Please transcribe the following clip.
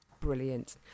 brilliant